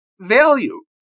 value